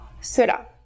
cela